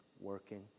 working